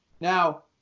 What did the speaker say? Now